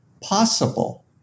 possible